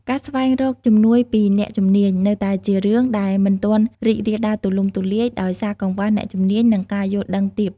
ការស្វែងរកជំនួយពីអ្នកជំនាញនៅតែជារឿងដែលមិនទាន់រីករាលដាលទូលំទូលាយដោយសារកង្វះអ្នកជំនាញនិងការយល់ដឹងទាប។